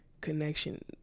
connection